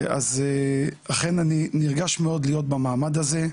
אז אכן אני נרגש מאוד להיות במעמד הזה,